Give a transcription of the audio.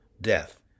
death